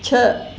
छह